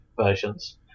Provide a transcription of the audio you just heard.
versions